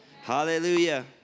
Hallelujah